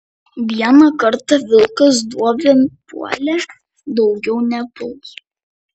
vieną kartą vilkas duobėn puolė daugiau nepuls